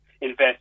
invest